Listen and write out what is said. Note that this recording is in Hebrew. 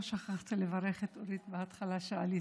שכחתי לברך את אורית בהתחלה כשעליתי.